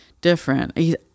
different